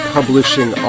Publishing